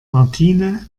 martine